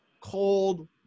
cold